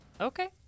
okay